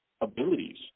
abilities